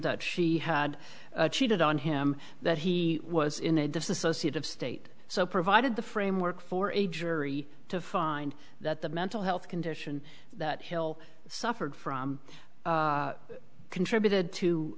that she had cheated on him that he was in a dissociative state so provided the framework for a jury to find that the mental health condition that hill suffered from contributed